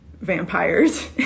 vampires